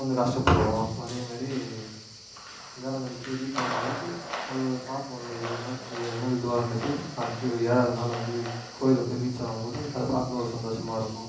கொஞ்சம் கஷ்டப்படுவோம் அதேமாரி வேளாங்கண்ணி போய் ரீச்சான பிறகு அது ஒரு பார்ப்போம்ல ஏழு நாள் ஏழு நாள் இதுவாக இருந்துட்டு அடுத்து ஏழாவது நாள் வந்து கோவில்ல போய் ரீச்சாகவும் போது அதை பார்க்கு போது ஒரு சந்தோஷமாக இருக்கும்